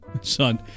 son